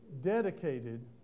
dedicated